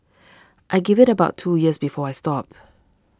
I give it about two years before I stop